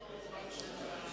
או רק של הקרקעות?